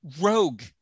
Rogue